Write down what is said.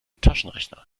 taschenrechner